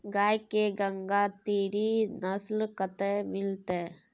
गाय के गंगातीरी नस्ल कतय मिलतै?